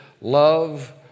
love